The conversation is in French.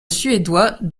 suédois